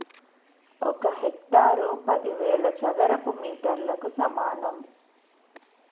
ఒక హెక్టారు పదివేల చదరపు మీటర్లకు సమానం